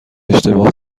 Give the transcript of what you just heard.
اشتباه